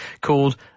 called